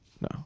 No